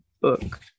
book